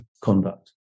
conduct